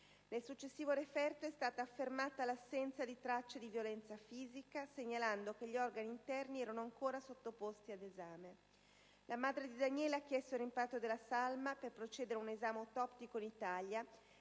Nel successivo referto è stata affermata l'assenza di tracce di violenza fisica, segnalando che gli organi interni erano ancora sottoposti ad esame. La madre di Daniele ha chiesto il rimpatrio della salma per procedere ad un esame autoptico in Italia,